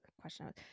question